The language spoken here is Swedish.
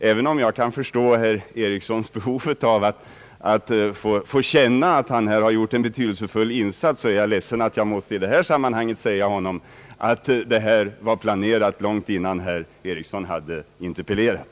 Även om jag kan förstå herr Erikssons behov av att känna att han har gjort en betydelsefull insats, är jag ledsen att jag måste säga honom att detta var planerat långt innan herr Eriksson hade interpellerat.